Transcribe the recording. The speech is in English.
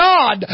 God